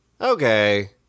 okay